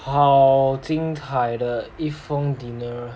好精彩的一番 dinner